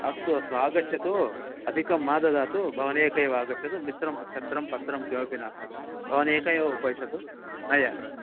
अस्तु अस्तु आगच्छतु अधिकं मा ददातु भवान् एकैव आगच्छतु मित्रं प छत्रं पत्रं किमपि नास्ति भवान् एक एव उपविशतु नयामि